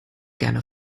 gerne